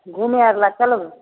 घुमै आर लए चलबै